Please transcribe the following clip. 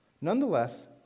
Nonetheless